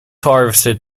harvested